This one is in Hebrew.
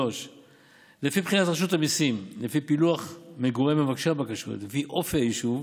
3. לפי בחינת רשות המיסים לפי פילוח מגורי מבקשי הבקשות ואופי היישוב,